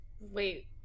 wait